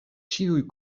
ĉiuj